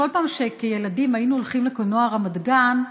וכל פעם שכילדים היינו הולכים לקולנוע רמת גן,